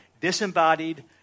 disembodied